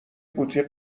قوطی